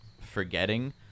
forgetting